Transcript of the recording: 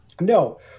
No